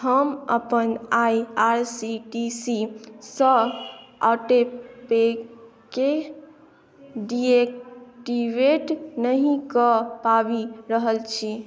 हम अपन I R C T C सँ ऑटेपेकेँ डिएक्टिवेट नहि कऽ पाबि रहल छी